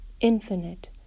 infinite